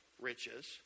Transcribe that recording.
riches